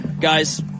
Guys